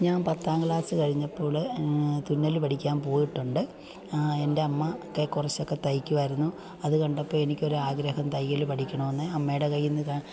ഞാൻ പത്താം ക്ലാസ് കഴിഞ്ഞപ്പോൾ തുന്നൽ പഠിക്കാൻ പോയിട്ടുണ്ട് എൻ്റെ അമ്മ കുറച്ചൊക്കെ തയ്ക്കുമായിരുന്നു അത് കണ്ടപ്പം എനിക്ക് ഒരു ആഗ്രഹം തയ്യൽ പഠിക്കണം എന്ന് അമ്മയുടെ കൈയിൽ നിന്ന്